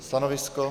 Stanovisko?